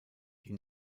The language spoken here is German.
die